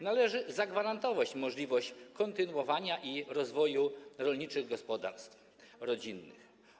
Należy zagwarantować możliwość kontynuowania działalności i rozwoju rolniczych gospodarstw rodzinnych.